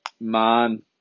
man